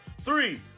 three